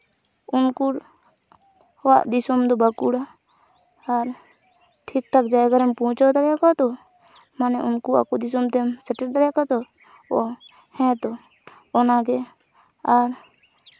ᱩᱱᱠᱩᱣᱟᱜ ᱫᱤᱥᱚᱢ ᱫᱚ ᱵᱟᱸᱠᱩᱲᱟ ᱟᱨ ᱴᱷᱤᱠ ᱴᱷᱟᱠ ᱡᱟᱭᱜᱟ ᱨᱮᱢ ᱯᱳᱸᱪᱷᱟᱣ ᱫᱟᱲᱮᱭᱟᱠᱚᱣᱟ ᱛᱚ ᱢᱟᱱᱮ ᱩᱱᱠᱩ ᱟᱠᱚ ᱫᱤᱥᱚᱢ ᱛᱮᱢ ᱥᱮᱴᱮᱨ ᱫᱟᱲᱮᱭᱟᱠᱚᱣᱟ ᱛᱳ ᱚ ᱦᱮᱸ ᱛᱳ ᱚᱱᱟᱜᱮ ᱟᱨ